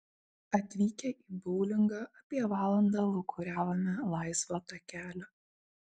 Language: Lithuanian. atvykę į boulingą apie valandą lūkuriavome laisvo takelio